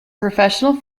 professional